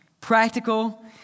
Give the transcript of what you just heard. Practical